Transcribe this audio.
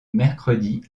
mercredi